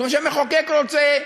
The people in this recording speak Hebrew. כשהמחוקק רוצה,